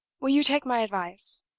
will you take my advice?